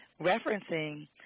referencing